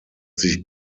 sich